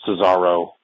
Cesaro